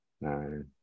nine